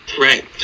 Right